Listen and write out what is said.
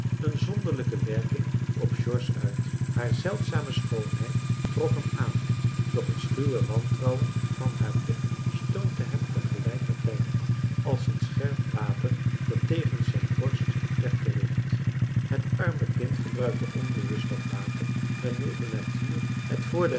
een zonderlinge werking op george uit haar zeldzame schoonheid trok hem aan doch het schuwe wantrouwen van haar blik stootte hem tegelijkertijd af als een scherp wapen dat tegen zijn borst werd gericht het arme kind gebruikte onbewust dat wapen waarmee de natuur het